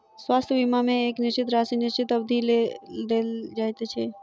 स्वास्थ्य बीमा मे एक निश्चित राशि निश्चित अवधिक लेल देल जाइत छै